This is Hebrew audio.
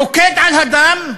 רוקד על הדם,